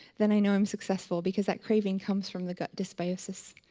then i know i'm successful because that craving comes from the gut dysbiosis.